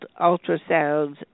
ultrasounds